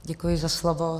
Děkuji za slovo.